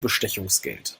bestechungsgeld